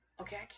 Okay